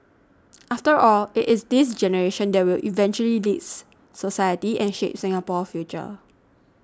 after all it is this generation that will eventually leads society and shape Singapore's future